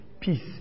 peace